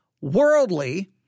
worldly